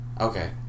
Okay